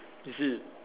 is it